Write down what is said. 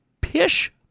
Pish